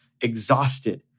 exhausted